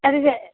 আচ্ছা যে